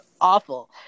awful